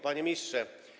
Panie Ministrze!